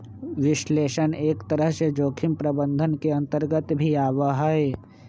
विश्लेषण एक तरह से जोखिम प्रबंधन के अन्तर्गत भी आवा हई